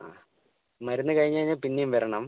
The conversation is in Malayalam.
ആ മരുന്ന് കഴിഞ്ഞു കഴിഞ്ഞാൽ പിന്നെയും വരണം